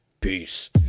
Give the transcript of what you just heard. Peace